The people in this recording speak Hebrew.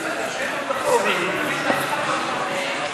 אדוני היושב-ראש,